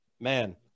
man